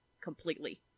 completely